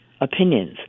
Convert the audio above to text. opinions